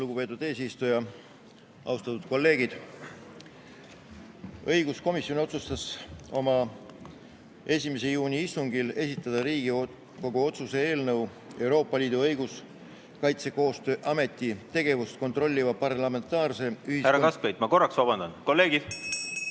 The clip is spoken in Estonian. Lugupeetud eesistuja! Austatud kolleegid! Õiguskomisjon otsustas oma 1. juuni istungil esitada Riigikogu otsuse "Euroopa Liidu Õiguskaitsekoostöö Ameti tegevust kontrolliva parlamentaarse ... Härra Kaskpeit, ma korraks vabandan. Kolleegid!